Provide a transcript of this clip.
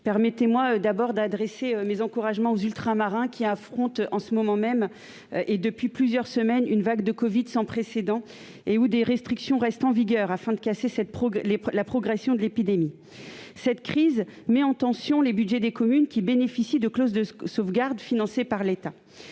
permettez-moi tout d'abord d'adresser mes encouragements aux Ultramarins, qui affrontent en ce moment même et depuis plusieurs semaines une vague de covid sans précédent. Les restrictions restent en vigueur dans ces territoires, afin de casser la progression de l'épidémie. Cette crise met en tension les budgets des communes qui bénéficient de clauses de sauvegarde financées par l'État.